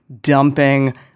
dumping